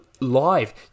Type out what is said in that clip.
Live